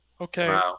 Okay